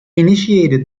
initiated